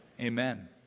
Amen